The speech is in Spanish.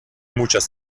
muchas